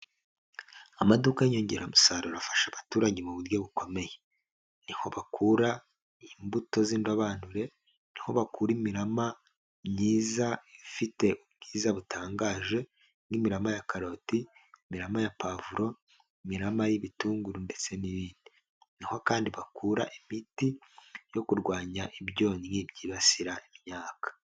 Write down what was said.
Amaduka y'inyongeramusaruro afasha abaturage mu buryo bukomeye. Ni ho bakura imbuto z'indobanure, ni ho bakura imirama myiza ifite ubwiza butangaje, nk'imirama ya karoti, imirama ya pavuro, imirama y'ibitunguru ndetse n'ibindi. Ni ho kandi bakura imiti yo kurwanya ibyonnyi byibasira imyaka.